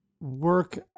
Work